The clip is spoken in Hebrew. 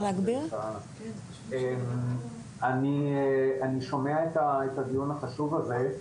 אני שומע את הדיון החשוב הזה,